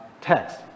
text